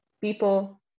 people